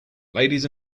ladies